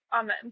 Amen